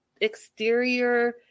exterior